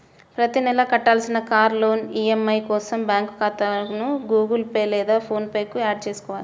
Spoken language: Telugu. ప్రతి నెలా కట్టాల్సిన కార్ లోన్ ఈ.ఎం.ఐ కోసం బ్యాంకు ఖాతాను గుగుల్ పే లేదా ఫోన్ పే కు యాడ్ చేసుకోవాలి